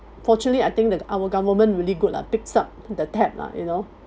fortunately I think that our government really good lah picks up the tab lah you know